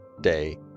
day